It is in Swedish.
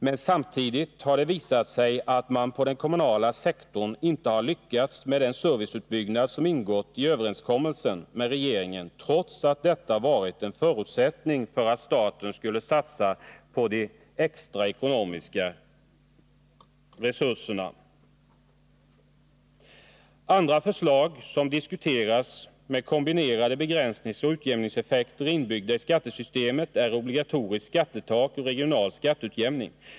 Men samtidigt har det visat sig att man på den kommunala sektorn inte har lyckats med den serviceutbyggnad som ingått i överenskommelsen med regeringen, trots att detta varit en förutsättning för att staten skulle satsa de extra ekonomiska resurserna. Andra förslag som diskuterats med kombinerade begränsningsoch utjämningseffekter inbyggda i skattesystemet är obligatoriskt skattetak och regional skatteutjämning.